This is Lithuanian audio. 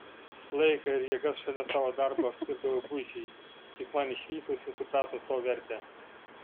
laiką ir jėgas šalia savo darbo skirdavau buičiai tik man išvykus jis suprato to vertę